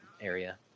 area